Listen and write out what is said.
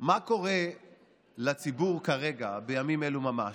מה קורה לציבור כרגע, בימים אלו ממש?